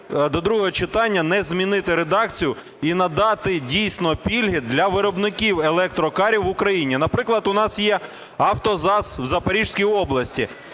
до другого читання не змінити редакцію і надати дійсно пільги для виробників електрокарів в Україні? Наприклад, у нас є "АвтоЗАЗ" у Запорізькій області.